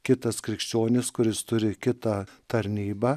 kitas krikščionis kuris turi kitą tarnybą